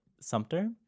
Sumter